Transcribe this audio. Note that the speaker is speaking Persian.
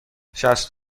شصت